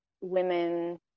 women